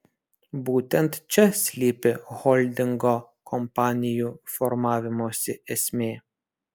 būtent čia slypi holdingo kompanijų formavimosi esmė